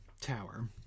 tower